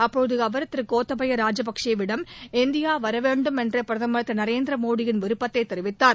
அப்போது அவர் திரு கோத்தபைய ராஜபக்ஷே யிடம் இந்தியா வரவேண்டுமென்ற பிரதம் திரு நரேந்திரமோடி யின் விருப்பத்தை தெரிவித்தார்